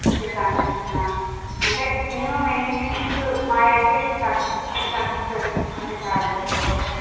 okay concession అంటే minimum ఎన్ని seats మావి అయితే తగ్గుతుంది అంటే చార్జ్ తెలుసుకోవచ్చా